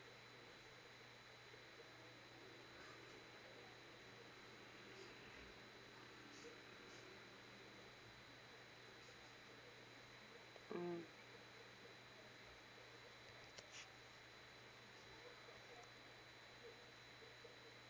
mm